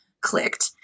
clicked